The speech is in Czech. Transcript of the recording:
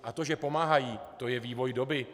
A to, že pomáhají, to je vývoj doby.